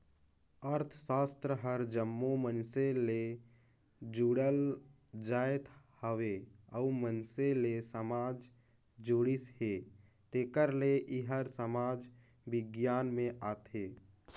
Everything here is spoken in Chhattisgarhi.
अर्थसास्त्र हर जम्मो मइनसे ले जुड़ल जाएत हवे अउ मइनसे ले समाज जुड़िस हे तेकर ले एहर समाज बिग्यान में आथे